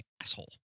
asshole